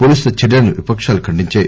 పోలీసుల చర్యలను విపకాలు ఖండించాయి